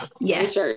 Yes